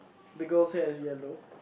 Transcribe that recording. the girl side is yellow